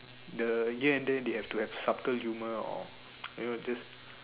the here and there they have to have subtle humor or you know just